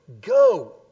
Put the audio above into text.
go